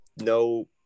no